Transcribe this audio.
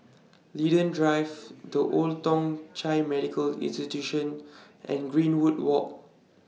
Linden Drive The Old Thong Chai Medical Institution and Greenwood Walk